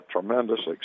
tremendous